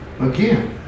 Again